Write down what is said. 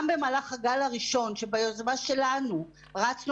גם במהלך הגל הראשון ביוזמה שלנו רצנו